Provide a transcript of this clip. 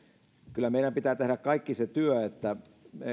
kyllä meidän pitää tehdä kaikki se työ että